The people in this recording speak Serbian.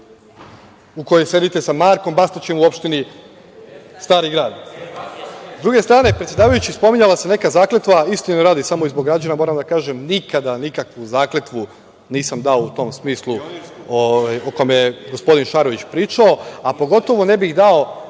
u kojoj sedite sa Markom Bastaćem u opštini Stari grad?S druge strane, spominjala se neka zakletva. Istine radi, samo i zbog građana moram da kažem, nikada nikakvu zakletvu nisam dao u tom smislu o kome je gospodin Šarović pričao, a pogotovo ne bih dao